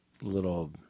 little